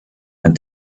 and